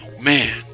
Man